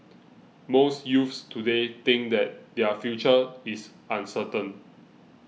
most youths today think that their future is uncertain